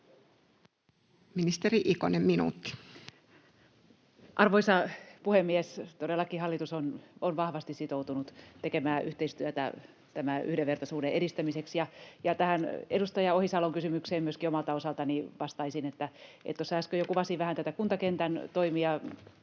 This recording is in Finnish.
Time: 19:05 Content: Arvoisa puhemies! Todellakin hallitus on vahvasti sitoutunut tekemään yhteistyötä yhdenvertaisuuden edistämiseksi. Edustaja Ohisalon kysymykseen myöskin omalta osaltani vastaisin, että tuossa äsken jo kuvasin vähän tätä kuntakentän toimea.